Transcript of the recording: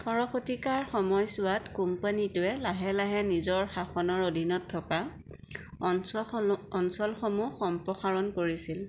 ওঠৰ শতিকাৰ সময়ছোৱাত কোম্পানীটোৱে লাহে লাহে নিজৰ শাসনৰ অধীনত থকা অঞ্চলসমূহ অঞ্চলসমূহ সম্প্ৰসাৰণ কৰিছিল